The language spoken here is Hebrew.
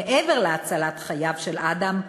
מעבר להצלת חייו של אדם,